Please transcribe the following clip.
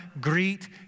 greet